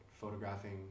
photographing